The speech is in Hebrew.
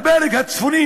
הפלג הצפוני,